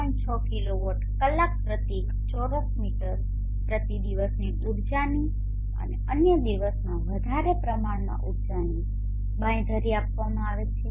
6 kilowatt કલાક પ્રતિ ચોરસ મીટર પ્રતિ દિવસની ઊર્જાની અને અન્ય દિવસોમાં વધારે પ્રમાણમાં ઊર્જાની બાંયધરી આપવામાં આવે છે